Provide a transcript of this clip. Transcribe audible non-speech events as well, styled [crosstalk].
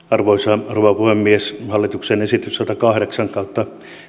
[unintelligible] arvoisa rouva puhemies hallituksen esitys satakahdeksan kautta